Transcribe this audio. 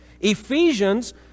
Ephesians